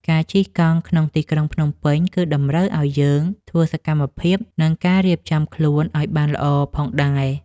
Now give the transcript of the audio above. ការជិះកង់ក្នុងទីក្រុងភ្នំពេញ គឺតម្រូវឲ្យយើងធ្វើសកម្មភាព និងការរៀបចំខ្លួនឲ្យបានល្អផងដែរ។